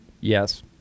Yes